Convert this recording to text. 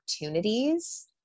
opportunities